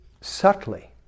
subtly